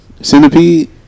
Centipede